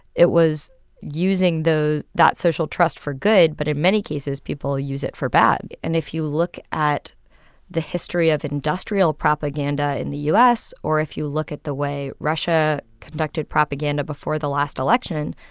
it was using those that social trust for good. but in many cases, people use it for bad. and if you look at the history of industrial propaganda in the u s. or if you look at the way russia conducted propaganda before the last election,